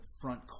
front